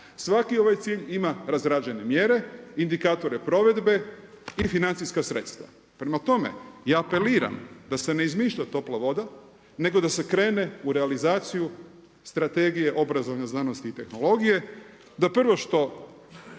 Svaki ovaj cilj ima razrađene mjere, indikatore provedbe i financijska sredstva. Prema tome, ja apeliram da se ne izmišlja topla voda nego da se krene u realizaciju Strategije obrazovanja, znanosti i tehnologije. Da prvo što